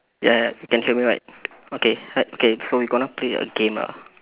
ya you can hear me right okay uh okay so we gonna play a game ah